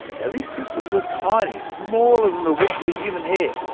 yeah these crystals are tiny smaller than the width of a human hair.